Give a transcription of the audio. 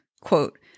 quote